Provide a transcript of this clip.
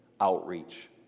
outreach